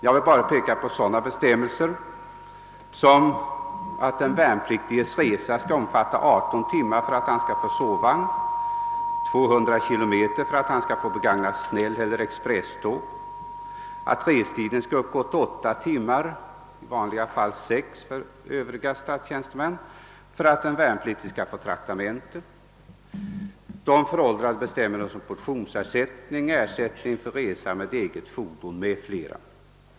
Jag vill bara peka på sådana bestämmelser som att den värnpliktiges resa skall omfatta 18 timmar för att han skall få använda sovvagn och 200 kilometer för att han skall få begagna snälleller expresståg samt att restiden skall uppgå till 8 timmar för att den värnpliktige skall få traktamente. Jag kan också peka på exempelvis de föråldrade bestämmelserna om portionsersättning och om ersättning för resa med eget fordon.